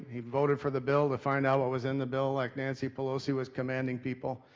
he voted for the bill to find out what was in the bill, like nancy pelosi was commanding people.